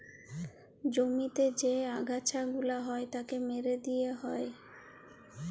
জমিতে যে আগাছা গুলা হ্যয় তাকে মেরে দিয়ে হ্য়য়